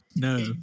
No